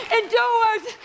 endures